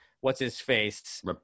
what's-his-face